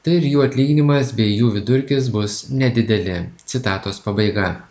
tai ir jų atlyginimas bei jų vidurkis bus nedideli citatos pabaiga